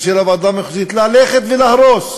ושל הוועדה המחוזית ללכת ולהרוס,